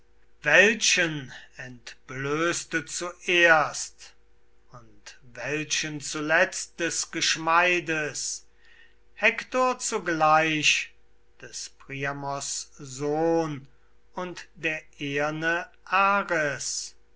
welchen entblößte zuerst und welchen zuletzt des geschmeides hektor zugleich des priamos sohn und der eherne ares